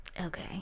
okay